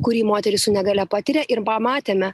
kurį moterys su negalia patiria ir pamatėme